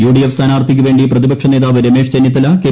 U D F സ്ഥാനാർത്ഥിക്കുവേണ്ടി പ്രതിപക്ഷ നേതാവ് രമേശ് ചെന്നിത്തല കെ